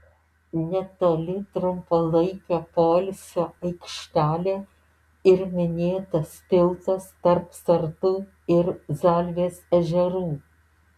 netoli trumpalaikio poilsio aikštelė ir minėtas tiltas tarp sartų ir zalvės ežerų